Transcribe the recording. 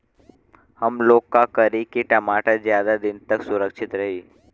हमलोग का करी की टमाटर ज्यादा दिन तक सुरक्षित रही?